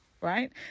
right